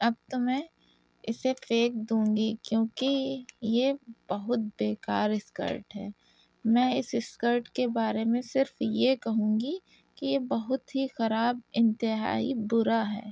اب تو میں اسے پھینک دوں گی کیونکہ یہ بہت بے کار اسکرٹ ہے میں اس اسکرٹ کے بارے میں صرف یہ کہوں گی کہ یہ بہت ہی خراب انتہائی برا ہے